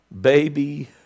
baby